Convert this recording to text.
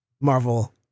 Marvel